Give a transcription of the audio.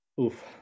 oof